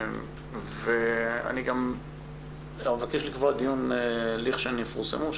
אני גם מבקש לקבוע דיון לכשהן יפורסמו.